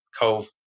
cove